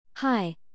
Hi